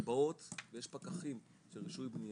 שהם באות ויש פקחים של רישוי בנייה,